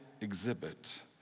exhibit